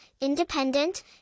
independent